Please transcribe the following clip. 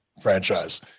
franchise